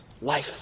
Life